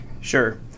Sure